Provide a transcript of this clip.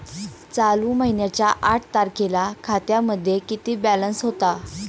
चालू महिन्याच्या आठ तारखेला खात्यामध्ये किती बॅलन्स होता?